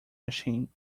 machine